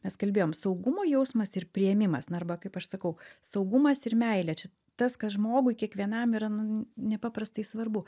mes kalbėjom saugumo jausmas ir priėmimas na arba kaip aš sakau saugumas ir meilė čia tas kas žmogui kiekvienam yra nu nepaprastai svarbu